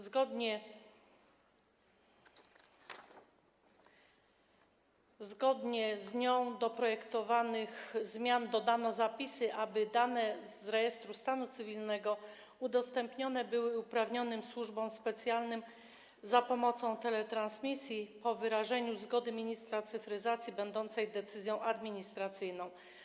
Zgodnie z nią do projektowanych zmian dodano zapisy, zgodnie z którymi dane z Rejestru Stanu Cywilnego będą udostępnione uprawnionym służbom specjalnym za pomocą teletransmisji po wyrażeniu zgody ministra cyfryzacji będącej decyzją administracyjną.